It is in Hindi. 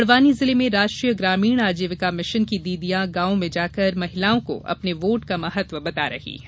बड़वानी जिले में राष्ट्रीय ग्रामीण आजीविका मिशन की दीदीयां गांवों में जाकर महिलाओं को अपने वोट का महत्व बता रही हैं